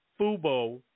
Fubo